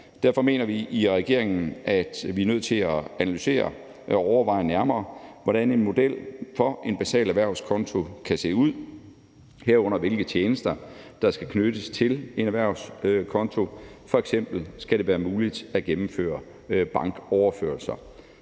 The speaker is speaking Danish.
Derfor mener vi i regeringen, at vi er nødt til at analysere det og overveje nærmere, hvordan en model for en basal erhvervskonto kan se ud, herunder hvilke tjenester der skal knyttes til en erhvervskonto. F.eks. skal det være muligt at gennemføre bankoverførsler.